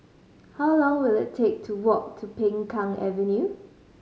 how long will it take to walk to Peng Kang Avenue